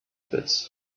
pits